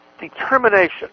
determination